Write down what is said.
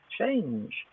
change